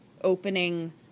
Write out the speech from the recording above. opening